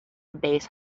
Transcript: base